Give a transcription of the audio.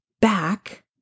back